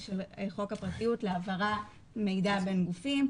חוק הפרטיות להעברת מידע בין גופים,